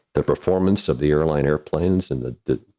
the performance of the airline airplanes and the the